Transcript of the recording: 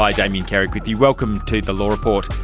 like damien carrick with you, welcome to the law report.